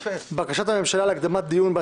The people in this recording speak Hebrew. בקשת הממשלה להקדמת דיון בקשת הממשלה להקדמת